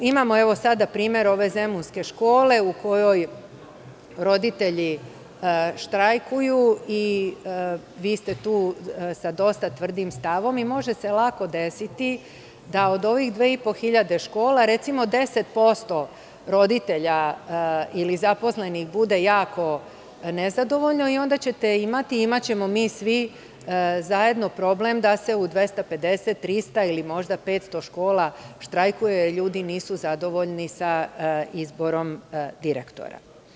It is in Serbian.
Imamo sada primer ove zemunske škole u kojoj roditelji štrajkuju i vi ste tu sa dosta tvrdim stavom i može se lako desiti da od ovih 2.500 škola recimo 10% roditelja ili zaposlenih bude jako nezadovoljno i onda ćete imati, imaćemo svi mi zajedno problem da se u 250, 300 ili možda 500 škola štrajkuje, jer ljudi nisu zadovoljni sa izborom direktora.